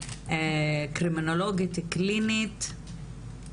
קרימינולוגית קלינית.